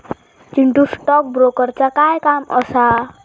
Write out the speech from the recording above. Chintu, stock ब्रोकरचा काय काम असा?